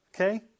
Okay